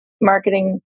marketing